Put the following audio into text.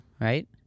right